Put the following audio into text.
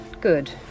Good